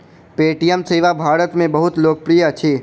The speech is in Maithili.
पे.टी.एम सेवा भारत में बहुत लोकप्रिय अछि